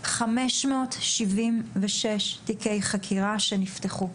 576 תיקי חקירה שנפתחו.